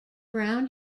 brown